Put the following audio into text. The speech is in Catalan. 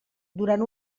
durant